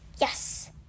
Yes